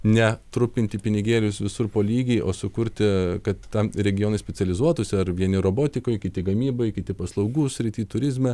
ne trupinti pinigėlius visur po lygiai o sukurti kad tam regionui specializuotųsi ar vieni robotikoj kiti gamybai kiti paslaugų srity turizme